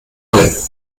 mal